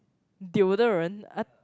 deodorant I~